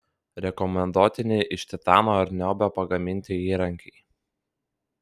rekomenduotini iš titano ar niobio pagaminti įrankiai